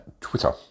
Twitter